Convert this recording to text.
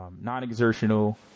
non-exertional